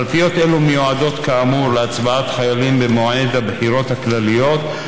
קלפיות אלו מיועדות כאמור להצבעת חיילים במועד הבחירות הכלליות,